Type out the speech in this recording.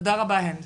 תודה רבה, הנד.